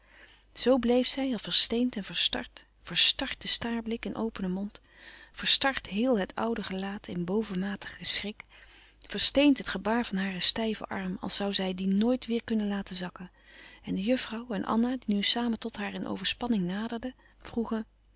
zoo bleef zij als versteend en verstard verstard de staarblik en opene mond verstard heel het oude gelaat in bovenmatigen schrik versteend het gebaar van haren stijven arm als zoû zij dien nooit weêr kunnen laten zakken en de juffrouw en anna die nu samen tot haar in overspanning naderden vroegen